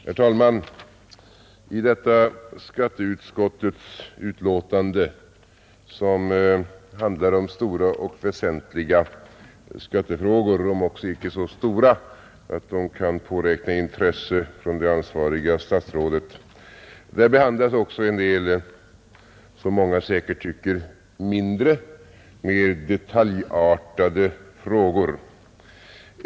Herr talman! I detta skatteutskottets betänkande som handlar om stora och väsentliga skattefrågor — om också inte så stora att de kunnat påräkna intresse från det ansvariga statsrådet — behandlas även en del mindre frågor, som många säkert tycker är ganska detaljartade.